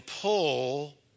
pull